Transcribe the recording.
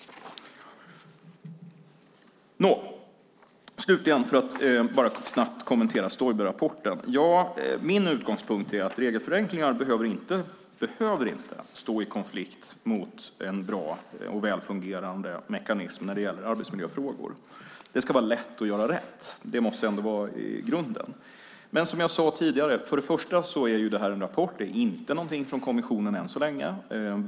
Slutligen ska jag snabbt kommentera Stoiberrapporten. Min utgångspunkt är att regelförenklingar inte behöver stå i konflikt med en bra och välfungerande mekanism när det gäller arbetsmiljöfrågor. Det ska vara lätt att göra rätt. Det måste ändå vara grunden. Men som jag sade tidigare är detta först och främst en rapport. Det finns inte någonting från kommissionen än så länge.